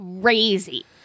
Crazy